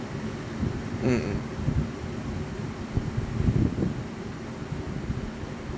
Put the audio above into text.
mm mm